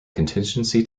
contingency